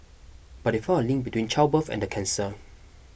but they found a link between childbirth and the cancer